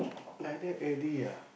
like that already ah